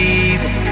easy